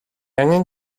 angen